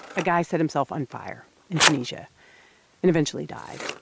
a guy set himself on fire in tunisia and eventually died.